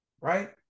right